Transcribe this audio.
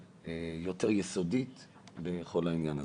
ויותר יסודית בכל העניין הזה.